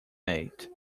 mate